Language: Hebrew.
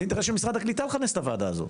זה אינטרס של משרד הקליטה לכנס את הוועדה הזו.